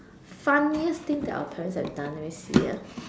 funniest thing that our parents have done let me see ah